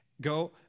go